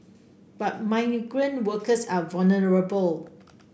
but migrant workers are vulnerable